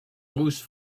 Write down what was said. loose